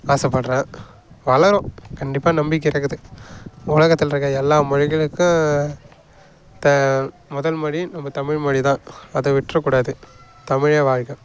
ஆசைப்படுறேன் வளரும் கண்டிப்பாக நம்பிக்கை இருக்குது உலகத்தில் இருக்கிற எல்லா மொழிகளுக்கும் த முதல் மொழி நம்ம தமிழ் மொழி தான் அது விடுற கூடாது தமிழே வாழ்க